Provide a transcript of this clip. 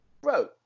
bro